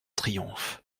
triomphe